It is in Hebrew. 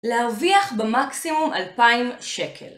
לרוויח במקסימום 2,000 שקל